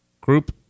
Group